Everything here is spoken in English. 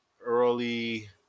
early